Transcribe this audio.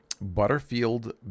Butterfield